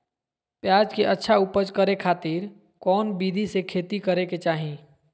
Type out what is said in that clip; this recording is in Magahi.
प्याज के अच्छा उपज करे खातिर कौन विधि से खेती करे के चाही?